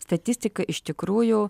statistika iš tikrųjų